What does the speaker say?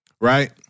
Right